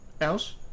else